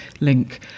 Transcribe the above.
link